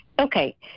Okay